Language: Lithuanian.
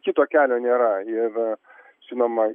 kito kelio nėra ir žinoma